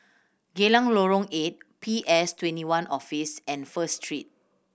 Geylang Lorong Eight P S Twenty one Office and First Street